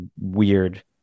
weird